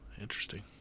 Interesting